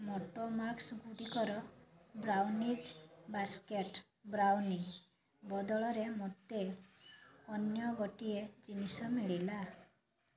ମୋଟୋମାକ୍ସଗୁଡ଼ିକର brownies basket brownie ବଦଳରେ ମୋତେ ଅନ୍ୟ ଗୋଟିଏ ଜିନିଷ ମିଳିଲା